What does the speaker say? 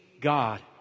God